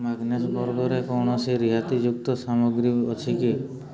Magnus ବର୍ଗରେ କୌଣସି ରିହାତିଯୁକ୍ତ ସାମଗ୍ରୀ ଅଛି କି